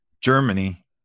Germany